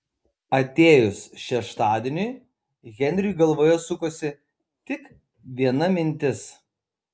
atėjus šeštadieniui henriui galvoje sukosi tik viena mintis